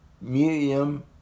Medium